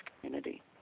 community